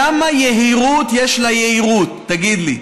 כמה יהירות יש ליאירות, תגיד לי.